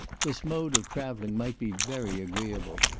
this mode of travelling might be very agreeable,